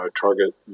target